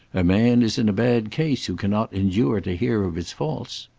a man is in a bad case who cannot endure to hear of his faults.